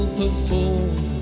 perform